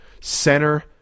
Center